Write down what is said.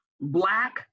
black